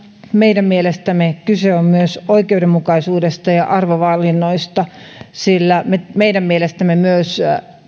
meidän mielestämme kyse on myös oikeudenmukaisuudesta ja arvovalinnoista sillä meidän mielestämme myös